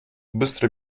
быстро